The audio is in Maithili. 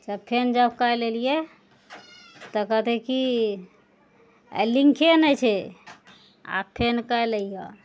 तब फेन जब काल्हि एलियै तऽ कहतइ की लिंके नहि छै आओर फेन काल्हि अइहे